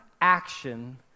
action